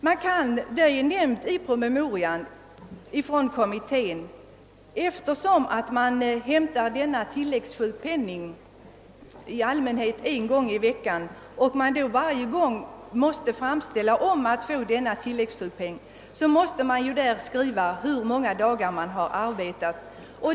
I familjepolitiska kommitténs promemoria nämns att kvinnan i allmänhet hämtar tilläggssjukpenningen i efterskott en gång i veckan och varje utbetalning förutsätter en ny framställning. Hon får då uppge hur många dagar hon har arbetat.